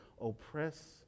oppress